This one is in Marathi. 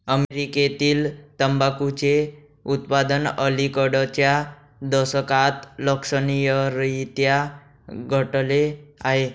अमेरीकेतील तंबाखूचे उत्पादन अलिकडच्या दशकात लक्षणीयरीत्या घटले आहे